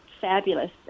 fabulous